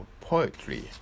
poetry